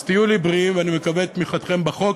אז תהיו לי בריאים, ואני מקווה לתמיכתכם בחוק,